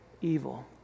evil